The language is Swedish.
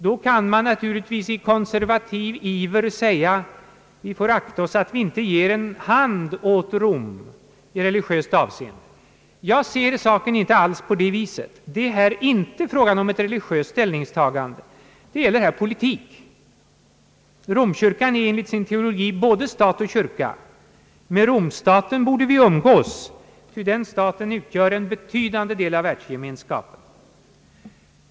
Då kan man naturligtvis i konservativ iver säga: Vi får akta oss för att ge en hand åt Rom i religiöst avseende! Jag ser inte alls saken på det viset. Det är här inte fråga om ett religiöst ställningstagande, utan det gäller här politik. Romkyrkan är enligt sin teologi både stat och kyrka. Med Vatikanstaten borde vi umgås, ty den staten utgör en betydande del av världsgemenskapen.